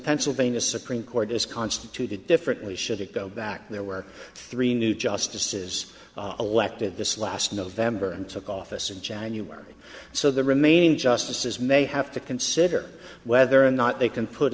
pennsylvania supreme court is constituted differently should it go back there were three new justices elected this last november and took office in january so the remaining justices may have to consider whether or not they can put